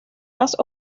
más